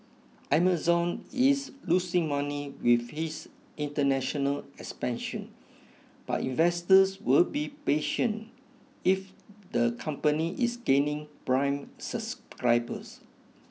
Amazon is losing money with its international expansion but investors will be patient if the company is gaining prime subscribers